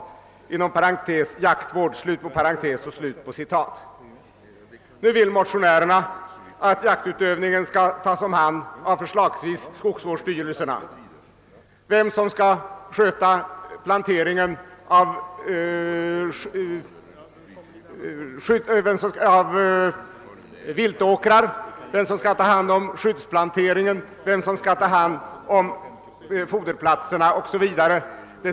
Nu vill motionärerna att jaktutövningen skall tas om hand av förslagsvis skogsvårdsstyrelserna. Vem som då skall sköta planteringen av viltåkrar, vem som skall ta hand om skyddsplanteringen och om foderplatserna 0. s. v.